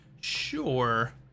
sure